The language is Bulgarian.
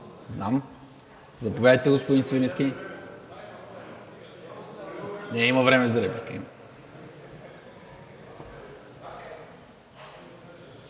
Генов? Заповядате, господин Свиленски. Не, има време за реплика,